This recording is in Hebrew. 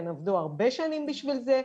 הן עבדו הרבה שנים בשביל זה,